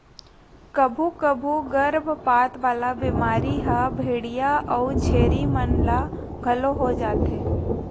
कभू कभू गरभपात वाला बेमारी ह भेंड़िया अउ छेरी मन ल घलो हो जाथे